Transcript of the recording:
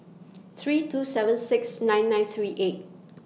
three two seven six nine nine three eight